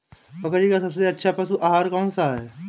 बकरी का सबसे अच्छा पशु आहार कौन सा है?